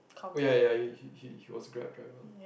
oh ya ya ya he he was Grab driver